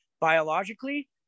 Biologically